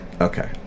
Okay